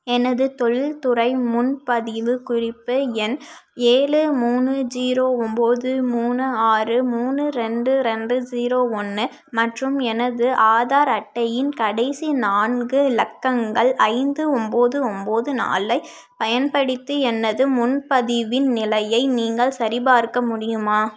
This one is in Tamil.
எனது தொழில்துறை முன்பதிவு குறிப்பு எண் ஏழு மூணு ஜீரோ ஒம்பது மூணு ஆறு மூணு ரெண்டு ரெண்டு ஜீரோ ஒன்று மற்றும் எனது ஆதார் அட்டையின் கடைசி நான்கு இலக்கங்கள் ஐந்து ஒம்பது ஒம்பது நாலைப் பயன்படுத்தி எனது முன்பதிவின் நிலையை நீங்கள் சரிபார்க்க முடியுமா